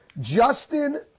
Justin